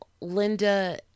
Linda